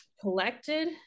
collected